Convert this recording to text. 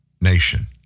nation